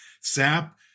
Sap